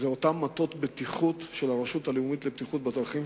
אותם מטות בטיחות של הרשות הלאומית לבטיחות בדרכים,